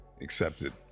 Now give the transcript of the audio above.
accepted